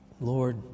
Lord